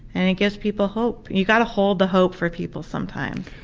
and it gives people hope. you've gotta hold the hope for people sometimes.